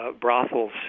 brothels